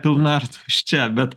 pilna ar atvirkščia bet